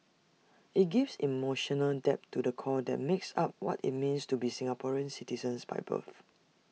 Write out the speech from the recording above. IT gives emotional depth to the core that makes up what IT means to be Singaporean citizens by birth